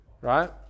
right